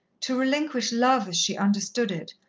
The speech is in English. to relinquish love as she understood it,